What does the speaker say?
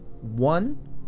one